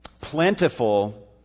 plentiful